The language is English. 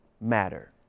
matter